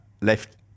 left